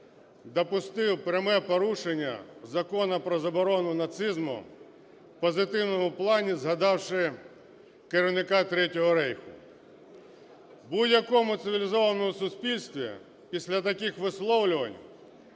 допустив пряме порушення Закону про заборону нацизму, в позитивному плані згадавши керівника Третього рейху. В будь-якому цивілізованому суспільстві після таких висловлювань